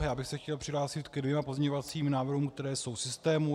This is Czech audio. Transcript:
Já bych se chtěl přihlásit ke dvěma pozměňovacím návrhům, které jsou v systému.